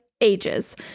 ages